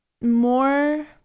more